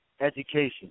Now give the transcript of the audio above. education